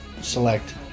select